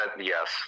yes